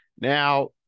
now